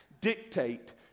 dictate